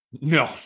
No